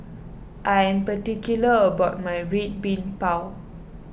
I am particular about my Red Bean Bao